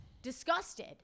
Disgusted